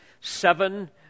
seven